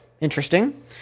interesting